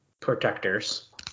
protectors